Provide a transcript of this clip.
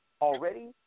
already